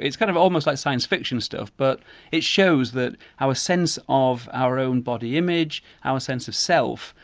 it's kind of almost like science fiction stuff but it shows that our sense of our own body image, our sense of self